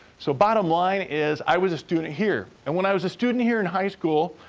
so, bottom line is i was a student here, and when i was a student here in high school,